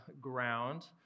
ground